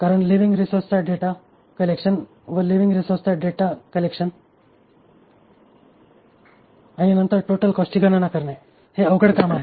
non living resource चा data collection व living resource चा डेटा कलेक्शन आणि नंतर टोटल कॉस्टची गणना करणे हे अवघड काम आहे